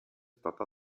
stata